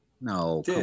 No